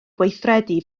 gweithredu